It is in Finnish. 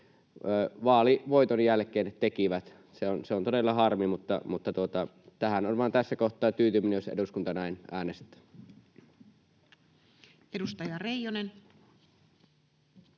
vaalivoiton jälkeen tekivät. Se on todella harmi, mutta tähän on vain tässä kohtaa tyytyminen, jos eduskunta näin äänestää. Edustaja Reijonen.